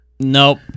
Nope